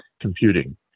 computing